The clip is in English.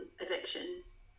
evictions